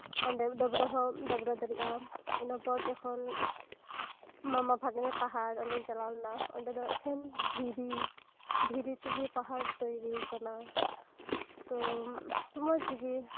ᱚᱸᱰᱮ ᱰᱟᱹᱵᱨᱟᱹ ᱦᱚᱢ ᱰᱟᱹᱵᱨᱟᱹ ᱫᱟᱲᱤᱭᱟᱜᱼᱟ ᱤᱱᱟᱹᱯᱚᱨ ᱡᱚᱠᱷᱚᱱ ᱢᱟᱢᱟ ᱵᱷᱟᱜᱱᱮ ᱯᱟᱦᱟᱲ ᱚᱸᱰᱮᱧ ᱪᱟᱞᱟᱣᱞᱮᱱᱟ ᱚᱸᱰᱮ ᱫᱚ ᱮᱠᱮᱱ ᱫᱷᱤᱨᱤ ᱫᱷᱤᱨᱤᱛᱤᱜᱤ ᱯᱟᱦᱟᱲ ᱛᱚᱭᱨᱤ ᱟᱠᱟᱱᱟ ᱛᱚ ᱢᱚᱪᱜᱤ